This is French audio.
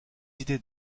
idées